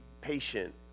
patient